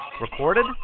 recorded